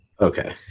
Okay